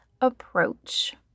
Approach